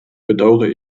bedaure